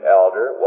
elder